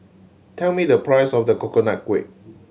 tell me the price of the Coconut Kuih